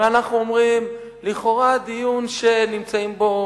הרי אנחנו אומרים: לכאורה הדיון שנמצאים בו